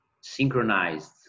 synchronized